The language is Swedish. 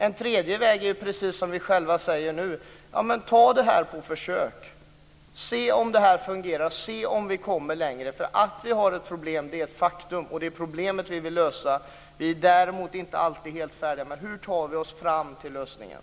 En tredje väg är att göra ett försök och se om det fungerar och kommer längre. Det är ett faktum att det är problem. Vi vill lösa problemet. Vi är däremot inte helt färdiga med hur vi tar oss fram till lösningen.